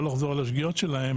לא לחזור על השגיאות שלהם,